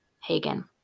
Hagen